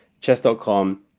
Chess.com